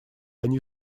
они